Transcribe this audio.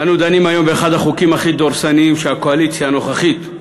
אנו דנים היום באחד החוקים הכי דורסניים של הקואליציה הנוכחית,